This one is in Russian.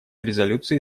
резолюции